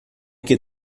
que